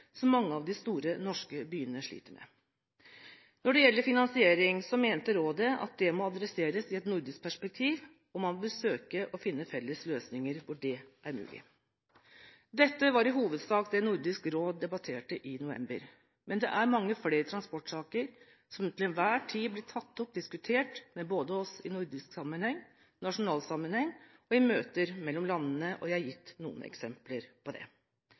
mange av de store norske byene sliter med. Når det gjelder finansiering, mente rådet at det må adresseres i et nordisk perspektiv, og man bør søke å finne felles løsninger hvor det er mulig, Dette var i hovedsak det Nordisk råd debatterte i november, men det er mange flere transportsaker som til enhver tid blir tatt opp og diskutert med oss både i nordisk sammenheng, nasjonal sammenheng og i møter mellom landene, og jeg har gitt noen eksempler på det.